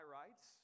rights